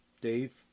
Dave